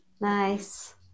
Nice